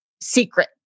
secret